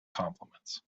compliments